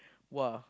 !wah!